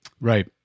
Right